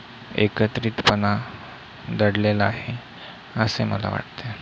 एकत्रितपणा दडलेला आहे असे मला वाटते